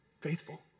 faithful